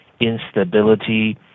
instability